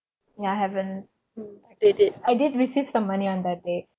yeah I haven't I did receive some money on that day